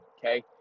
Okay